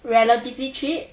relatively cheap